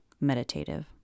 meditative